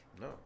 No